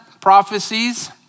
prophecies